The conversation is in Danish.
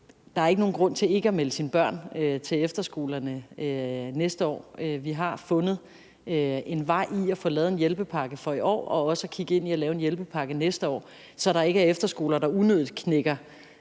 at der ikke er nogen grund til ikke at melde sine børn til efterskolerne næste år. Vi har fundet en vej med hensyn til at få lavet en hjælpepakke for i år og har også kigget ind i at lave en hjælpepakke for næste år, så der ikke er efterskoler, der unødigt knækker